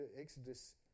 Exodus